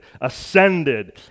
ascended